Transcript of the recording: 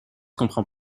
comprend